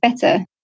better